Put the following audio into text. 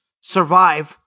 survive